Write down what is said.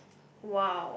!wow!